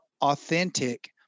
authentic